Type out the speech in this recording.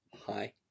Hi